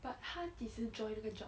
but 她几时 join 那个 job